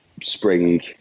spring